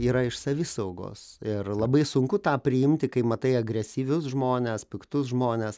yra iš savisaugos ir labai sunku tą priimti kai matai agresyvius žmones piktus žmones